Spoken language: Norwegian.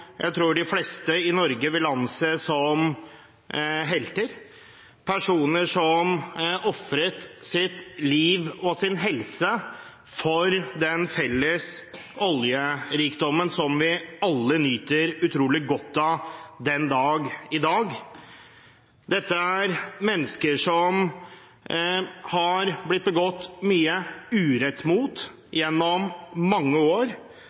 jeg tror de fleste i Norge vil anse som helter, personer som ofret sitt liv og sin helse for den felles oljerikdommen vi alle nyter utrolig godt av den dag i dag. Dette er mennesker som det gjennom mange år har blitt begått mye urett mot,